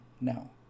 now